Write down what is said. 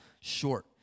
short